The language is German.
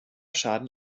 schaden